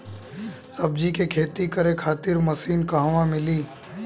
सब्जी के खेती करे खातिर मशीन कहवा मिली?